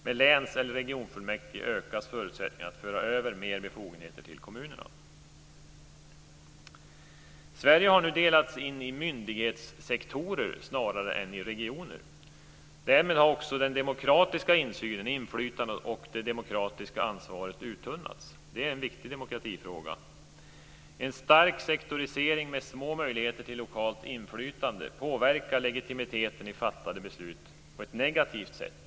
Med läns eller regionfullmäktige ökas förutsättningarna att föra över mer befogenheter till kommunerna. Sverige har nu delats in i myndighetssektorer snarare än i regioner. Därmed har också den demokratiska insynen och inflytandet samt det demokratiska ansvaret uttunnats. Det är en viktig demokratifråga. En stark sektorisering med små möjligheter till lokalt inflytande påverkar legitimiteten i fattade beslut på ett negativt sätt.